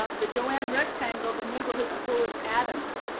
um the joanne rectangle the neighborhood school is adams,